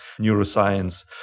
neuroscience